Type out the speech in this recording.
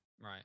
Right